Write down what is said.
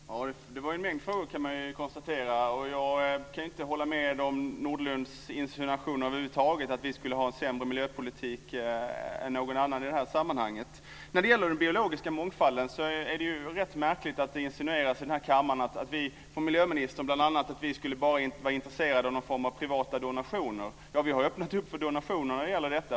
Fru talman! Det var en mängd frågor, kan man konstatera. Jag kan över huvud taget inte hålla med om Nordlunds insinuation om att vi skulle ha en sämre miljöpolitik än någon annan i det här sammanhanget. När det gäller den biologiska mångfalden är det rätt märkligt att det insinueras i den här kammaren, bl.a. från miljöministern, att vi bara skulle vara intresserade av någon form av privata donationer. Vi har öppnat upp för donationer i detta avseende.